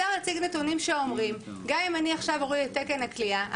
השר הציג נתונים שאומרים גם אני עכשיו אוריד את תקן הכליאה,